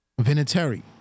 Vinatieri